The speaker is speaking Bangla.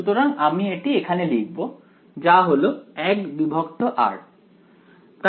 সুতরাং আমি এটি এখানে লিখব যা হলো 1r